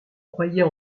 croyez